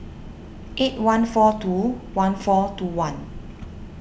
eight one four two one four two one